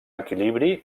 equilibri